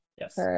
Yes